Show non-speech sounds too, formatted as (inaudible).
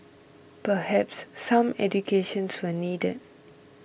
perhaps some education (unintelligible) needed